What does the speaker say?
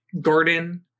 garden